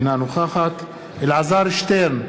אינה נוכחת אלעזר שטרן,